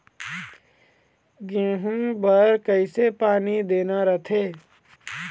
गेहूं बर कइसे पानी देना रथे?